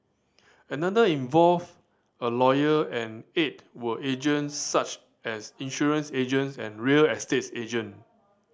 another involved a lawyer and eight were agents such as insurance agents and real estates agent